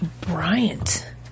Bryant